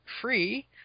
free